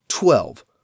Twelve